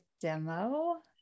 demo